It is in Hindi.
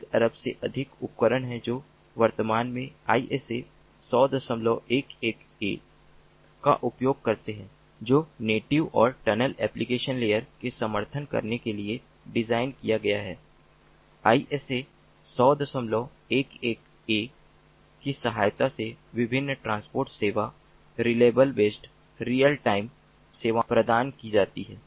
एक अरब से अधिक उपकरण हैं जो वर्तमान में ISA10011a का उपयोग करते हैं जो नेटिव और टनल एप्लीकेशन लेयर के समर्थन करने के लिए डिज़ाइन किया गया है ISA10011a के सहायता से विभिन्न ट्रांसपोर्ट सेवा रिलाएबल बेस्ड रियल टाइम सेवा प्रदान की जाती हैं